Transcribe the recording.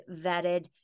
vetted